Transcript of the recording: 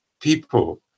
people